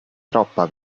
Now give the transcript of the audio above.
troppa